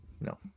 No